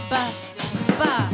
Ba-ba